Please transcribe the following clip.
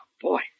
Boy